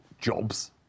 jobs